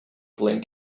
glenn